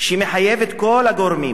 שמחייבת את כל הגורמים